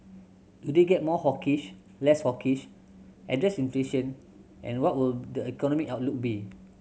do they get more hawkish less hawkish address inflation and what will the economic outlook be